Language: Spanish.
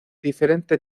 diferente